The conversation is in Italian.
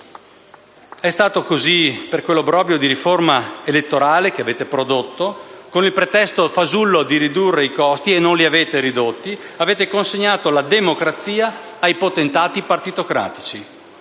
È stato così per quell'obbrobrio di riforma elettorale che avete prodotto: con il pretesto fasullo di ridurre i costi (che non avete ridotto), avete consegnato la democrazia ai potentati partitocratici.